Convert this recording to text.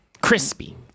crispy